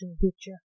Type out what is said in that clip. picture